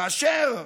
כאשר,